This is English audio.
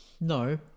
No